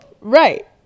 right